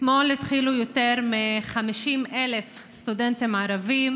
אתמול התחילו יותר מ-50,000 סטודנטים ערבים